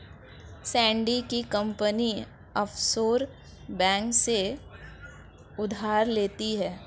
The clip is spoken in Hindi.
सैंडी की कंपनी ऑफशोर बैंक से उधार लेती है